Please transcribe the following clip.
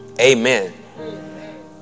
Amen